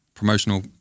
promotional